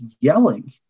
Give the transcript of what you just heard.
yelling